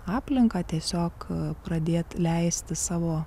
aplinką tiesiog pradėt leisti savo